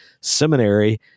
seminary